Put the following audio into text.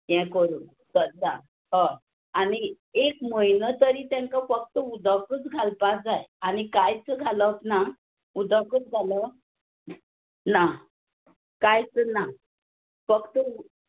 हें करून सद्दां हय आनी एक म्हयनो तरी तेंका फक्त उदकच घालपाक जाय आनी कायच घालप ना उदकूच घालप ना कांयच ना फक्त